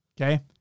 Okay